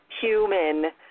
human